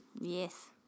Yes